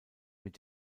mit